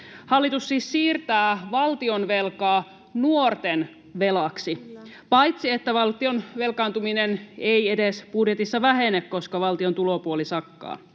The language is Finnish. Hallitus siis siirtää valtionvelkaa nuorten velaksi, paitsi että valtion velkaantuminen ei edes budjetissa vähene, koska valtion tulopuoli sakkaa.